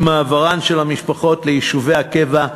עם מעברן של המשפחות ליישובי הקבע,